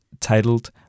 titled